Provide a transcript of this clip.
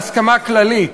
בהסכמה כללית.